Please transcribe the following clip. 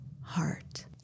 heart